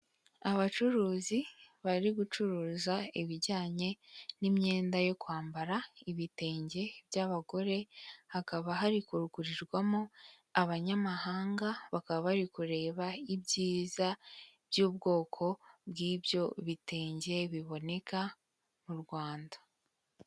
Abacuruzi bari gucuruza ibijyanye n'imyenda yo kwambara, ibitenge by'abagore, hakaba hari kugurirwamo abanyamahanga, bakaba bari kureba ibyiza by'ubwoko bw'ibyo bitenge biboneka mu Rwanda.